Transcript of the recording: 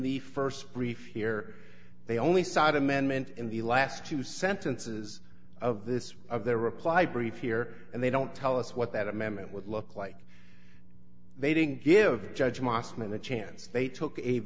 the st brief here they only sighed amendment in the last two sentences of this of their reply brief here and they don't tell us what that amendment would look like they didn't give judge mosman a chance they took a